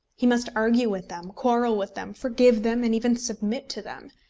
he must argue with them, quarrel with them, forgive them, and even submit to them.